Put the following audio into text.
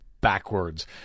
backwards